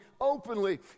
openly